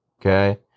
okay